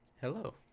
Hello